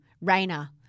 Rainer